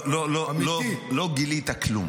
לא גילית כלום,